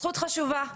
זכות חשובה.